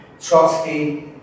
Trotsky